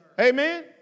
Amen